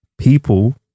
People